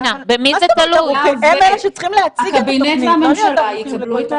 אני רוצה לדעת איפה אנחנו עומדים.